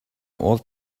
old